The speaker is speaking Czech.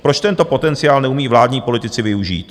Proč tento potenciál neumí vládní politici využít?